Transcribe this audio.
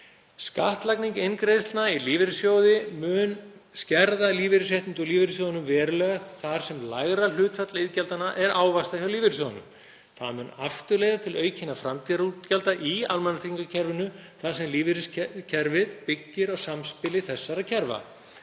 Skattlagning inngreiðslna í lífeyrissjóði mun skerða lífeyrisréttindi úr lífeyrissjóðunum verulega þar sem lægra hlutfall iðgjaldanna er ávaxtað hjá lífeyrissjóðunum. Það mun aftur leiða til aukinna framtíðarútgjalda í almannatryggingakerfinu þar sem lífeyriskerfið byggir á samspili þessara kerfa.